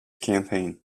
campaign